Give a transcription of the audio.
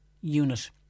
unit